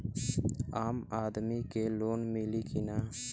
आम आदमी के लोन मिली कि ना?